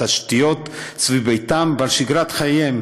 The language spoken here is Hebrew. התשתיות סביב ביתם ושגרת חייהם,